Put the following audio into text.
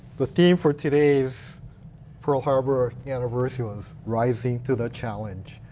the theme for today is pearl harbor, anniversary was rising to the challenge.